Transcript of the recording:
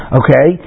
okay